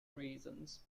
reasons